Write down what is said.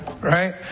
Right